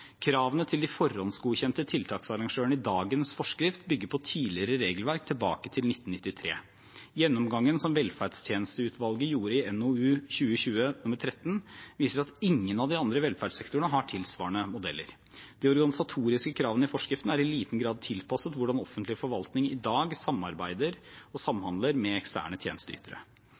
Kravene til de forhåndsgodkjente tiltaksarrangørene i dagens forskrift bygger på tidligere regelverk tilbake til 1993. Gjennomgangen som velferdstjenesteutvalget gjorde i NOU 2020: 13, viser at ingen av de andre velferdssektorene har tilsvarende modeller. De organisatoriske kravene i forskriften er i liten grad tilpasset hvordan offentlig forvaltning i dag samarbeider og samhandler med eksterne tjenesteytere.